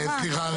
סליחה.